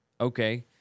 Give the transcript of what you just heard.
okay